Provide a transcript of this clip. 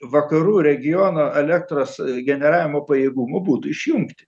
vakarų regiono elektros generavimo pajėgumų būtų išjungti